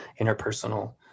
interpersonal